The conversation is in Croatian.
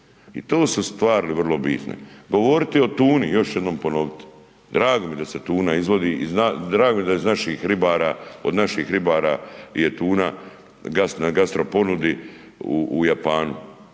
i to su stvari vrlo bitne. Govoriti o tuni, još jednom ću ponovit, drago mi je da se tuna izvozi i drago mi je iz naših ribara, od naših ribara je tuna na gastro ponudi u Japanu,